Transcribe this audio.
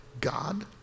God